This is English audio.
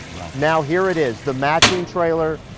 now here it is, the matching trailer.